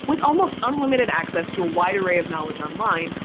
with almost unlimited access to a wide array of knowledge online,